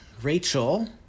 Rachel